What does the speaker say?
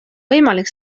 võimalik